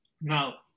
Now